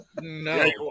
No